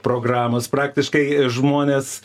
programos praktiškai žmonės